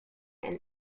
and